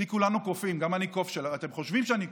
כי כולנו קופים, גם אני קוף, אתם חושבים שאני קוף.